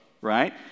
Right